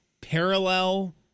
parallel